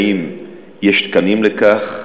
האם יש תקנים לכך,